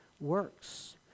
works